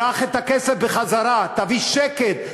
קח את הכסף בחזרה, תביא שקט.